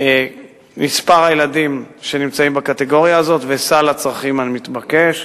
מספר הילדים שנמצאים בקטגוריה הזאת ואת סל הצרכים המתבקש.